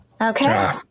Okay